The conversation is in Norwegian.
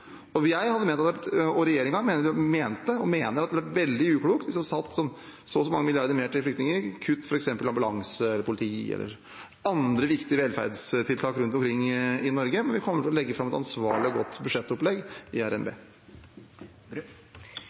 Jeg og regjeringen har ment og mener at det er veldig uklokt hvis en satte så og så mange milliarder mer til flyktninger og kuttet f.eks. til ambulanse, politi eller andre viktige velferdstiltak rundt omkring i Norge. Vi kommer til å legge fram et ansvarlig og godt budsjettopplegg i RNB.